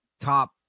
top